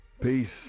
Peace